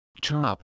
chop